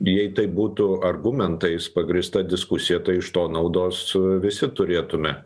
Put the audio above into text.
jei tai būtų argumentais pagrįsta diskusija tai iš to naudos visi turėtume